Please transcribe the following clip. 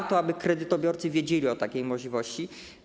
Warto, aby kredytobiorcy wiedzieli o takiej możliwości.